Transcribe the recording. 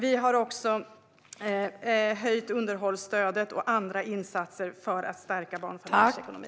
Vi har också höjt underhållsstödet och gjort andra insatser för att stärka barnfamiljers ekonomi.